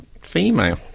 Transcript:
female